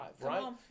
right